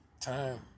time